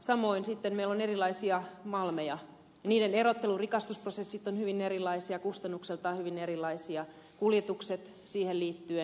samoin meillä on erilaisia malmeja joiden erottelu ja rikastusprosessit ovat hyvin erilaisia ja kustannuksiltaan hyvin erilaisia kuljetukset siihen liittyen